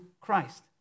Christ